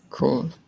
Cool